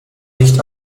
nicht